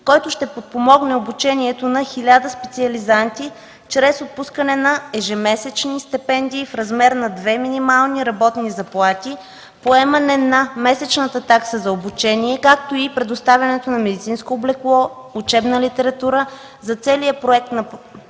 който ще подпомогне обучението на 1000 специализанти чрез отпускане на ежемесечни стипендии в размер на две минимални работни заплати, поемане на месечната такса за обучение, както и предоставяне на медицинско облекло, учебна литература за целия период на